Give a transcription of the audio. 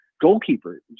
goalkeeper